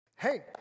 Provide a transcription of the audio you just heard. Hey